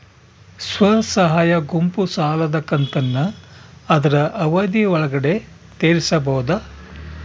ಸ್ವಸಹಾಯ ಗುಂಪು ಸಾಲದ ಕಂತನ್ನ ಆದ್ರ ಅವಧಿ ಒಳ್ಗಡೆ ತೇರಿಸಬೋದ?